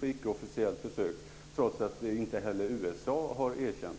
på ickeofficiellt besök, trots att inte heller USA har erkänt